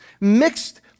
mixed